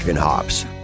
Hops